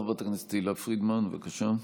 חברת הכנסת תהלה פרידמן, בבקשה.